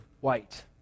white